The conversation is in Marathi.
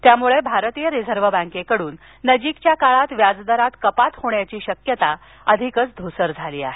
त्यामुळे भारतीय रिझर्व्ह बँकेकडून नजीकच्या काळात व्याजदरात कपात होण्याची शक्यता धूसर झाली आहे